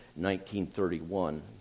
1931